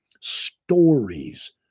stories